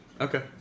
Okay